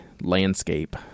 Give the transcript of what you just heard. landscape